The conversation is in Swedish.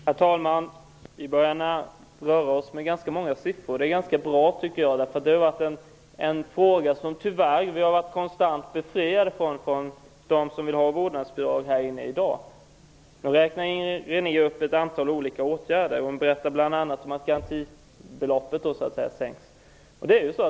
Herr talman! Vi börjar röra oss med ganska många siffror. Det är bra, för vi har tyvärr varit konstant ''befriade'' från sådana av dem som i dag vill ha vårdnadsbidrag. Inger René räknade upp ett antal åtgärder. Hon berättade bl.a. att garantibeloppet sänks.